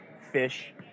Fish